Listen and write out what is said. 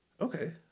Okay